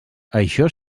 això